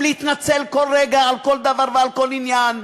להתנצל כל רגע על כל דבר ועל כל עניין.